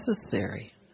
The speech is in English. necessary